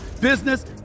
business